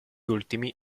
ultimi